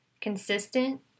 consistent